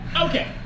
Okay